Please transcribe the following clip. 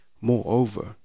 Moreover